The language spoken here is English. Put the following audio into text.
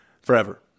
forever